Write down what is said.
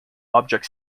object